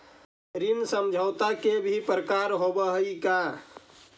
ऋण समझौता के भी प्रकार होवऽ हइ का?